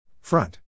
front